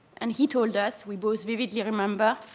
and he told us, we both vividly remember,